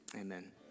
amen